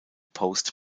post